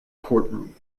courtroom